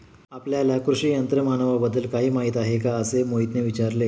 आपल्याला कृषी यंत्रमानवाबद्दल काही माहिती आहे का असे मोहितने विचारले?